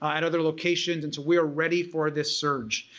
ah at other locations, and so we are ready for this surge.